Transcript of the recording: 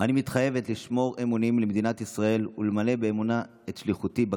אני מתחייבת לשמור אמונים למדינת ישראל ולמלא באמונה את שליחותי.